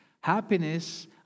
Happiness